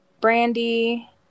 Brandy